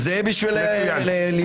זה בשביל להיות נהג זהיר.